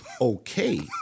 okay